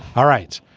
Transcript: all right.